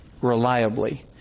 reliably